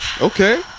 okay